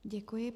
Děkuji.